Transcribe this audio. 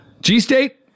G-State